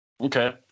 Okay